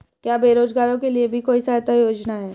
क्या बेरोजगारों के लिए भी कोई सहायता योजना है?